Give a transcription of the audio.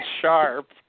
sharp